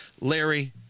Larry